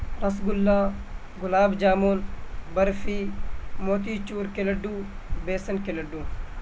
رس گلا گلاب جامن برفی موتی چور کے لڈو بیسن کے لڈو